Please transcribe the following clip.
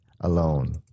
alone